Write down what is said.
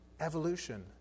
Evolution